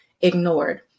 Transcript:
ignored